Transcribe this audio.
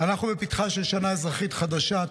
אנחנו בפתחה של שנה אזרחית חדשה.